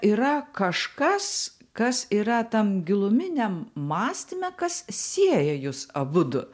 yra kažkas kas yra tam giluminiam mąstyme kas sieja jus abudu